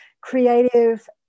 creative